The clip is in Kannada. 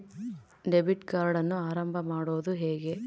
ಡೆಬಿಟ್ ಕಾರ್ಡನ್ನು ಆರಂಭ ಮಾಡೋದು ಹೇಗೆ?